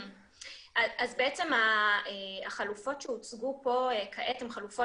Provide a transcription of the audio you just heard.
אז בעצם החלפות שהוצגו פה כעת הן חלופות